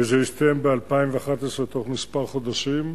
וזה יסתיים ב-2011, בתוך כמה חודשים,